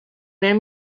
unión